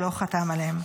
שלא חתם עליהם,